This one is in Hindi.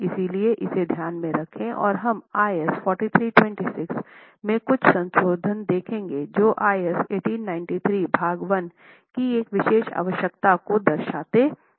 इसलिए इसे ध्यान में रखें और हम IS 4326 में कुछ संशोधन देखेंगे जो IS 1893 भाग 1 की इस विशेष आवश्यकता को दर्शाते हैं